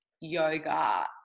yoga